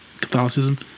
catholicism